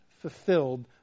fulfilled